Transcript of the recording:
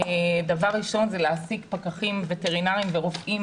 דבר ראשון הוא להעסיק פקחים וטרינרים ורופאים